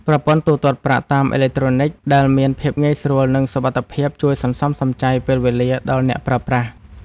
ប្រព័ន្ធទូទាត់ប្រាក់តាមអេឡិចត្រូនិកដែលមានភាពងាយស្រួល និងសុវត្ថិភាពជួយសន្សំសំចៃពេលវេលាដល់អ្នកប្រើប្រាស់។